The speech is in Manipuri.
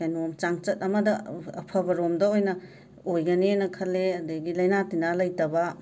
ꯀꯩꯅꯣ ꯆꯥꯡꯆꯠ ꯑꯃꯗ ꯑꯐꯕ ꯔꯣꯝꯗ ꯑꯣꯏꯅ ꯑꯣꯏꯒꯅꯦꯅ ꯈꯜꯂꯦ ꯑꯗꯒꯤ ꯂꯩꯅ ꯇꯤꯟꯅ ꯂꯩꯇꯕ